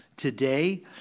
today